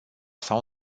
sau